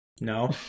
No